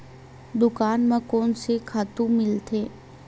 दुकान म कोन से खातु मिलथे?